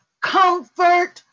comfort